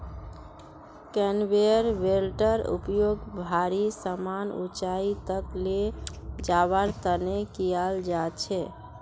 conveyor बेल्टेर उपयोग भारी समान ऊंचाई तक ले जवार तने कियाल जा छे